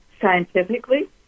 scientifically